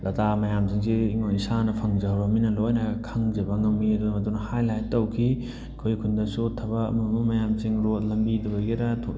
data ꯃꯌꯥꯝꯁꯤꯡꯁꯤ ꯏꯁꯥꯅ ꯐꯪꯖꯍꯧꯔꯕꯅꯤꯅ ꯂꯣꯏꯅ ꯈꯪꯖꯕ ꯉꯝꯃꯤ ꯑꯗꯨꯅ ꯃꯗꯨꯅ ꯍꯥꯏ ꯂꯥꯏꯠ ꯇꯧꯈꯤ ꯑꯩꯈꯣꯏ ꯈꯨꯟꯗꯁꯨ ꯊꯕꯛ ꯑꯃ ꯑꯃ ꯃꯌꯥꯝꯁꯤꯡ ꯔꯣꯗ ꯂꯝꯕꯤꯗ ꯑꯣꯏꯒꯦꯔꯥ